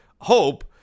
hope